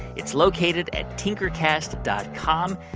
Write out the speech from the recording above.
it's located at tinkercast dot com.